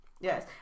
Yes